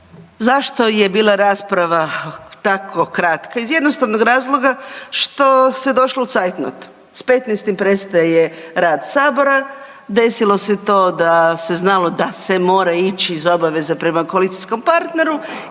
zašto je bila rasprava tako kratka. Iz jednostavnog razloga što se je došlo u cajtnot. S 15.-tim prestaje rad sabora, desilo se to da se znalo da se mora ići iz obaveze prema koalicijskom partneru